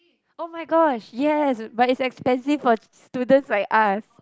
[oh]-my-gosh yes but it's expensive for students like us